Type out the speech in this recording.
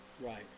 Right